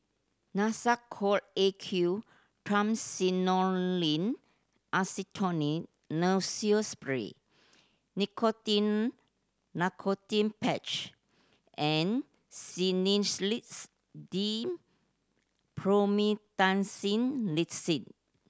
Nasacort A Q Triamcinolone Acetonide Nasals Spray Nicotinell Nicotine Patch and Sedilix DM Promethazine